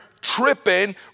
tripping